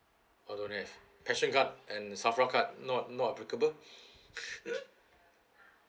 oh don't have PAssion card and SAFRA card not not applicable